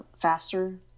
faster